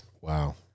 Wow